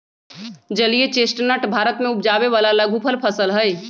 जलीय चेस्टनट भारत में उपजावे वाला लघुफल फसल हई